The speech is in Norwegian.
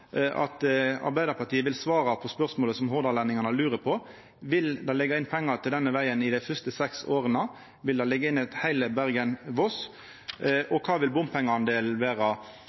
at Arbeidarpartiet vil svara på spørsmålet som hordalendingane lurer på: Vil dei leggja inn pengar til denne vegen dei første seks åra? Vil dei leggja inn heile Bergen–Voss, og kva vil bompengedelen vera?